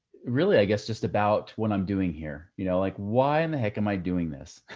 really, i guess just about what i'm doing here, you know, like why in the heck am i doing this?